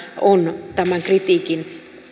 on tämän kritiikin